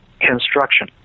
construction